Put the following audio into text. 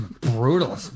Brutal